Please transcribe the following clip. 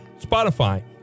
Spotify